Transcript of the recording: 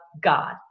god